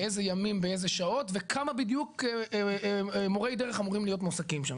באיזה ימים באיזה שעות וכמה בדיוק מורי דרך אמורים להיות מועסקים שם.